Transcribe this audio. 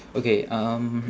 okay um